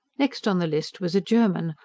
next on the list was a german,